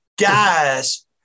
guys